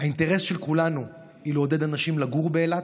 האינטרס של כולנו הוא לעודד אנשים לגור באילת,